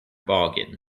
bargain